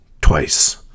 twice